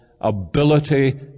ability